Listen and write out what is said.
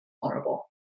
vulnerable